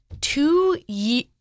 two